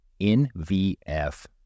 NVF